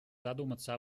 задуматься